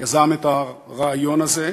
שיזם את הרעיון הזה,